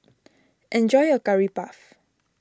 enjoy your Curry Puff